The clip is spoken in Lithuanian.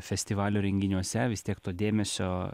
festivalio renginiuose vis tiek to dėmesio